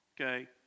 okay